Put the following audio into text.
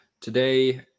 Today